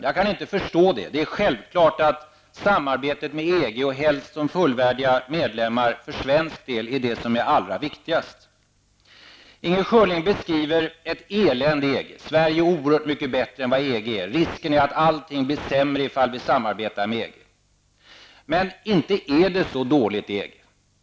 Jag kan inte förstå det. Det är självklart att det för svensk del är allra viktigast att samarbeta med EG, helst som fullvärdig medlem. Inger Schörling beskriver ett elände i EG. Sverige är oerhört mycket bättre än EG. Risken är att allting blir sämre om vi samarbetar med EG. Men inte är det så dåligt i EG!